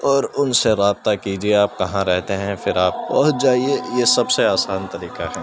اور ان سے رابطہ کیجیے آپ کہاں رہتے ہیں پھر آپ پہنچ جائیے یہ سب سے آسان طریقہ ہے